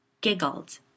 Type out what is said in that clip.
giggled